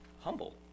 humble